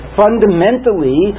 fundamentally